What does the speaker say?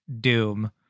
Doom